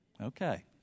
Okay